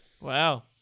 Wow